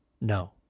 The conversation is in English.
No